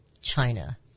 China